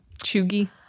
Chugi